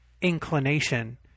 inclination